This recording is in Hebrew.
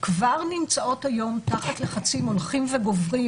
כבר נמצאות היום תחת לחצים הולכים וגוברים,